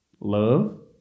Love